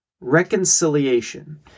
Reconciliation